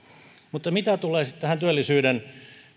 mutta mitä tulee sitten tähän työllisyyden